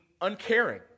uncaring